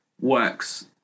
works